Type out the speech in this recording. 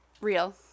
Real